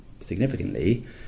significantly